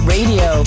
Radio